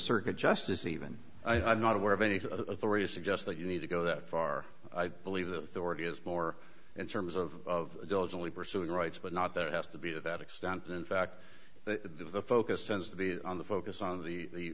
circuit justice even i'm not aware of any authority to suggest that you need to go that far i believe that already has more in terms of diligently pursuing rights but not there has to be to that extent in fact the focus tends to be on the focus on the